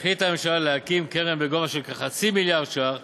החליטה הממשלה להקים קרן בגובה של כחצי מיליארד ש"ח